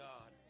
God